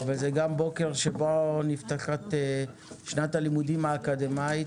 אבל זה גם בוקר שבו נפתחת שנת הלימודים האקדמאית.